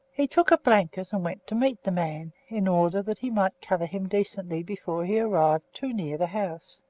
he took a blanket and went to meet the man, in order that he might cover him decently before he arrived too near the house.